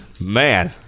man